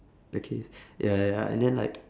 the case ya ya ya and then like